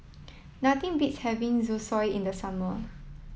nothing beats having Zosui in the summer